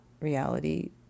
reality